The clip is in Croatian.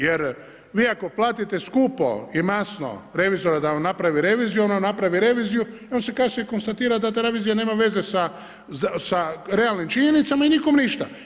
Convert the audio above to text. Jer vi ako platite skupo i masno revizora da vam napravi reviziju ono napravi reviziju i onda se kasnije konstatira da ta revizija nema veze sa realnim činjenicama i nikom ništa.